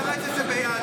אל תתרץ את זה ביהדות,